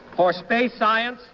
for space science,